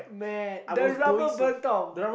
mad the rubber burnt off